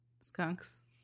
skunks